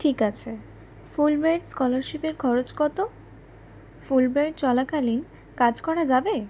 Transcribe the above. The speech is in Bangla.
ঠিক আছে ফুলব্রাইট স্কলারশিপের খরচ কত ফুলব্রাইট চলাকালীন কাজ করা যাবে